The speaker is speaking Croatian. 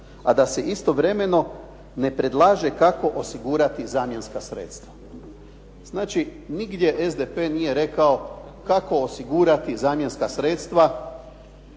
a da se istovremeno ne predlaže kako osigurati zamjenska sredstva. Znači, nigdje SDP nije rekao kako osigurati zamjenska sredstva